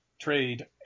trade